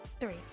three